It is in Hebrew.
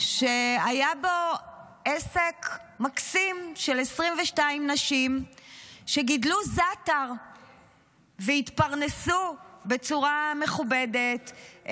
שהיה בו עסק מקסים של 22 נשים שגידלו זעתר והתפרנסו בצורה מכובדת,